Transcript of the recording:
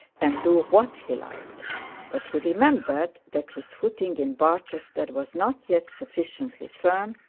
and do what he liked but he remembered that his footing in barchester was not yet sufficiently firm,